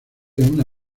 una